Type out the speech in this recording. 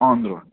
on road